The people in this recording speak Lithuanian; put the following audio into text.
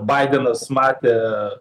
baidenas matė